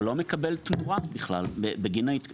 שהוא לא מקבל תמורה בכלל בגינה?